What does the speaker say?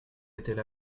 étaient